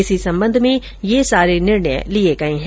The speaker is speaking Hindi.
इसी संबंध में यह सभी निर्णय लिये गये है